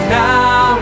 now